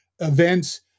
events